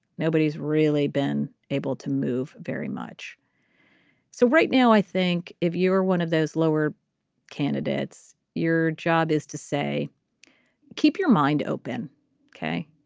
nobody's really been able to move very much so right now i think if you were one of those lower candidates your job is to say keep your mind open ok.